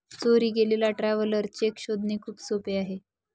चोरी गेलेला traveller cheque शोधणे खूप सोपे आहे